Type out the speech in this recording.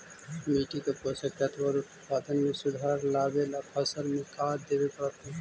मिट्टी के पोषक तत्त्व और उत्पादन में सुधार लावे ला फसल में का देबे पड़तै तै?